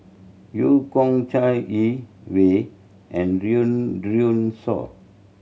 Eu Kong Chai Yee Wei and Shaw